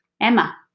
Emma